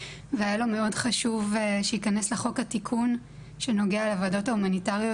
והיה לו מאוד חשוב שיכנס לחוק התיקון שנוגע לוועדות ההומניטריות